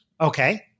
Okay